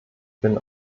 bin